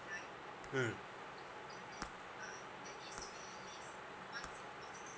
mm